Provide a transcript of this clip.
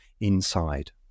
inside